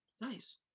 nice